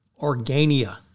Organia